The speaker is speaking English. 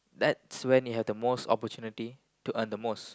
that's when you have the most opportunity to earn the most